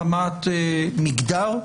מחמת מגדר,